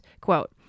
Quote